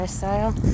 style